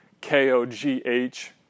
K-O-G-H